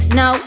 no